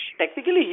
Technically